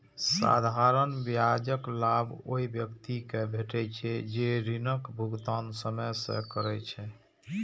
साधारण ब्याजक लाभ ओइ व्यक्ति कें भेटै छै, जे ऋणक भुगतान समय सं करै छै